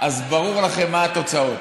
אז ברור לכם מה התוצאות.